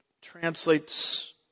translates